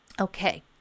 Okay